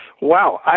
Wow